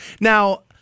Now